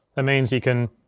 ah means you can,